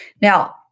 Now